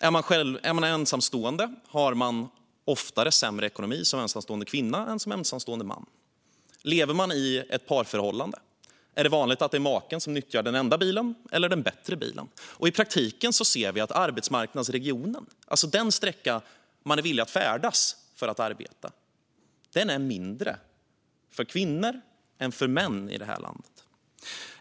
Är man ensamstående har man oftare sämre ekonomi som ensamstående kvinna än som ensamstående man. Lever man i ett parförhållande är det vanligt att det är maken som nyttjar den enda bilen eller den bättre bilen. I praktiken ser vi att arbetsmarknadsregionen - den sträcka man är villig att färdas för att arbeta - är mindre för kvinnor än för män i det här landet.